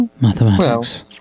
Mathematics